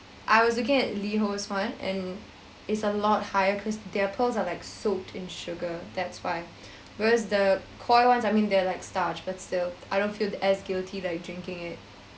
I was looking at Liho's one and it's a lot higher cause their pearls are like soaked in sugar that's why whereas the Koi ones I mean there are like starch but still I don't feel as guilty like drinking it